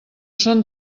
són